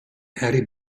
hattie